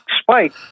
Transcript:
spike